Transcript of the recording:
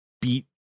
beat